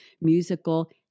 musical